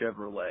Chevrolet